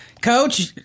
Coach